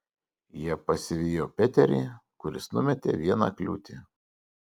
jie pasivijo peterį kuris numetė vieną kliūtį